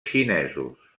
xinesos